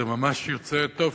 זה ממש יוצא טוב,